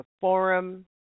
forum